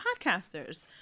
podcasters